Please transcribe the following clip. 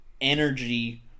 energy